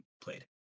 played